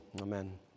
Amen